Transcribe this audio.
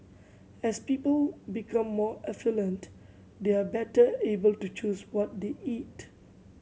as people become more affluent they are better able to choose what they eat